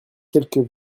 quelques